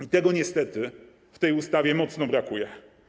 I tego niestety w tej ustawie mocno brakuje.